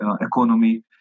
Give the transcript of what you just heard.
economy